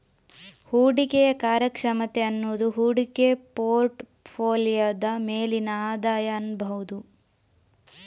ಹೂಡಿಕೆಯ ಕಾರ್ಯಕ್ಷಮತೆ ಅನ್ನುದು ಹೂಡಿಕೆ ಪೋರ್ಟ್ ಫೋಲಿಯೋದ ಮೇಲಿನ ಆದಾಯ ಅನ್ಬಹುದು